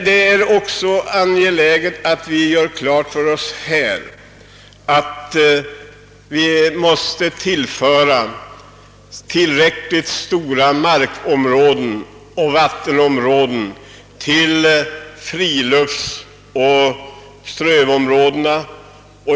Det är också angeläget att vi gör klart för oss att vi måste tillföra tillräckligt mycket mark och vatten till friluftsoch strövområdena.